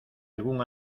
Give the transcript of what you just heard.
algún